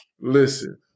listen